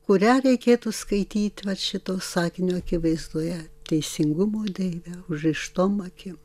kurią reikėtų skaityt vat šito sakinio akivaizdoje teisingumo deive užrištom akim